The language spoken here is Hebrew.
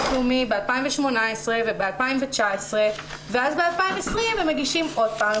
לאומי ב-2018 וב-2019 ואז ב-2020 הם מגישים עוד פעם,